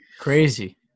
Crazy